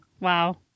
wow